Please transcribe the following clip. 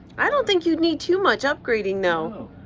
i don't think you'd need too much upgrading, no.